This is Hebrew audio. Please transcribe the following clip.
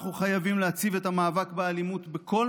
אנחנו חייבים להציב את המאבק באלימות בכל